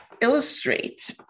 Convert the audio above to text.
illustrate